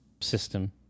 system